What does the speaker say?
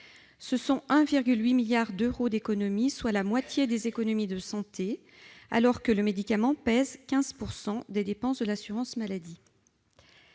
Ce sont 1,8 milliard d'euros d'économies, soit la moitié des économies réalisées en matière de santé, alors que le médicament pèse 15 % des dépenses de l'assurance maladie.